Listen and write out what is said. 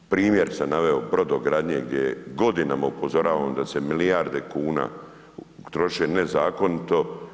Primjer sam naveo brodogradnje gdje godinama upozoravamo da se milijarde kuna troše nezakonito.